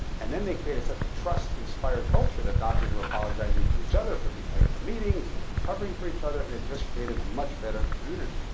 and then they created such a trust inspired culture that doctors were apologizing to each other for being late for meetings and covering for each other. and it just created a much better community.